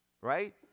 right